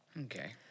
Okay